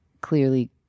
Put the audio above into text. clearly